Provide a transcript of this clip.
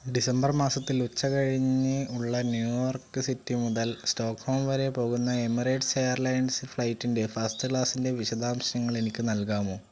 December മാസത്തിൽ ഉച്ചകഴിഞ്ഞുള്ള New York city മുതൽ സ്റ്റോക്ക്ഹോം വരെ പോകുന്ന എമിറേറ്റ്സ് എയർലൈൻസ് ഫ്ലൈറ്റിൻ്റെ ഫസ്റ്റ് ക്ലാസിൻ്റെ വിശദാംശങ്ങൾ എനിക്ക് നൽകാമോ